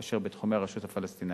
אשר בתחומי הרשות הפלסטינית.